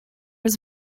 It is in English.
was